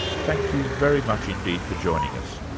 thank you very much indeed for joining us.